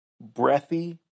breathy